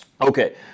Okay